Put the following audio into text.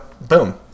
boom